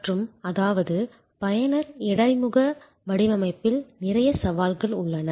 மற்றும் அதாவது பயனர் இடைமுக வடிவமைப்பில் நிறைய சவால்கள் உள்ளன